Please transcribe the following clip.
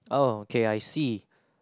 oh okay I see